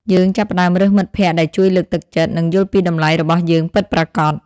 យើងចាប់ផ្តើមរើសមិត្តភក្តិដែលជួយលើកទឹកចិត្ត និងយល់ពីតម្លៃរបស់យើងពិតប្រាកដ។